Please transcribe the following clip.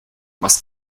must